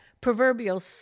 proverbial